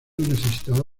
necesitaba